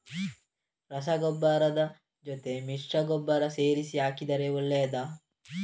ರಸಗೊಬ್ಬರದ ಜೊತೆ ಮಿಶ್ರ ಗೊಬ್ಬರ ಸೇರಿಸಿ ಹಾಕಿದರೆ ಒಳ್ಳೆಯದಾ?